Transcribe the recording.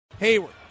Hayward